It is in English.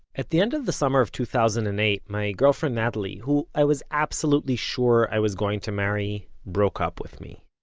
at the end of the summer of two thousand and eight, my girlfriend natalie, who i was absolutely sure i was going to marry, broke up with me